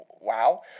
wow